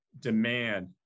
demand